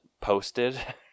posted